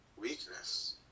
weakness